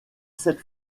sept